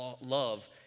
love